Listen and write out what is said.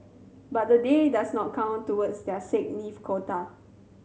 but the day does not count towards their sick leave quota